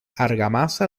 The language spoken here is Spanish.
argamasa